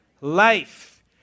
life